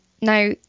Now